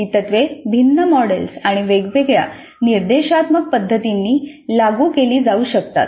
ही तत्त्वे भिन्न मॉडेल्स आणि वेगवेगळ्या निर्देशात्मक पद्धतींनी लागू केली जाऊ शकतात